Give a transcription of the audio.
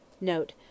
NOTE